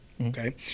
Okay